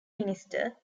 minister